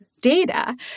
data